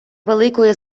великої